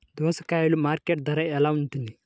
దోసకాయలు మార్కెట్ ధర ఎలా ఉంటుంది?